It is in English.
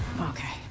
okay